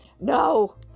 No